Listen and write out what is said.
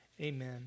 Amen